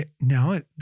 no